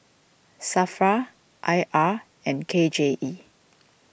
Safra I R and K J E